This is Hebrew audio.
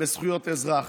לזכויות אזרח.